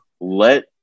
Let